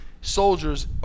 soldiers